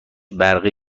برقی